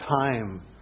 time